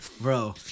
bro